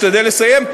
אני משתדל לסיים.